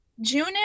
June